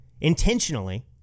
intentionally